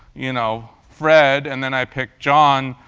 you know, fred and then i pick john,